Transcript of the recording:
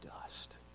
dust